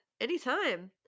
Anytime